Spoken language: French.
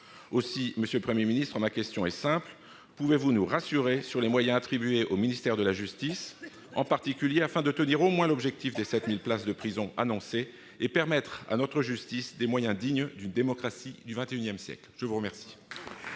Aussi, monsieur le Premier ministre, ma question est simple : pouvez-vous nous rassurer sur les moyens attribués au ministère de la justice afin, en particulier, de tenir au moins l'objectif des 7 000 places de prisons annoncées et de permettre à notre justice d'avoir des moyens dignes d'une démocratie du XXI siècle ? La parole